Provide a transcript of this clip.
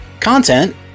Content